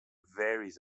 varies